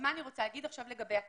לגבי הכלי.